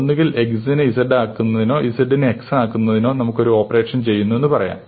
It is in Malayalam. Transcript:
ഒന്നുകിൽ x നെ z ആക്കുന്നതിനോ z നെ x ആക്കുന്നതിനോ നമ്മൾ ഒരു ഓപ്പറേഷൻ ചെയ്യുന്നുവെന്ന് പറയാം